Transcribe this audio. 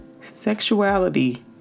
sexuality